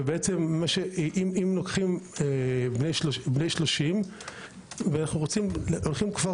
אם לוקחים למשל בני 30 ואנחנו הולכים על